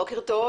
בוקר טוב